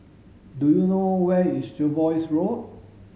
do you know where is Jervois Road